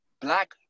black